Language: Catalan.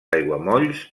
aiguamolls